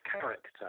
character